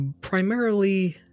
primarily